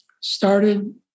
started